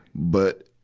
but,